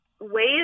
ways